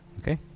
Okay